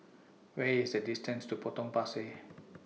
Where IS The distance to Potong Pasir